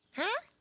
huh?